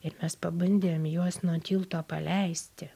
ir mes pabandėm juos nuo tilto paleisti